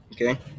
Okay